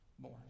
more